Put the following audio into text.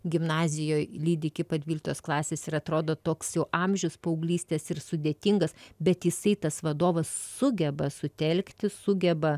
gimnazijoj lydi iki pat dvyliktos klasės ir atrodo toks jau amžius paauglystės ir sudėtingas bet jisai tas vadovas sugeba sutelkti sugeba